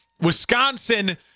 Wisconsin